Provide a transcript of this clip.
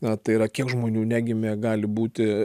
na tai yra kiek žmonių negimė gali būti